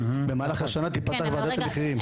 במהלך השנה תפתח ועדת המחירים.